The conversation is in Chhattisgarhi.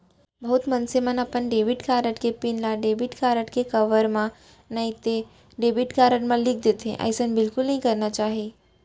बहुत मनसे मन अपन डेबिट कारड के पिन ल डेबिट कारड के कवर म नइतो डेबिट कारड म लिख देथे, अइसन बिल्कुल नइ करना चाही